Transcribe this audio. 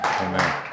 amen